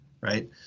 right